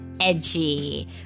edgy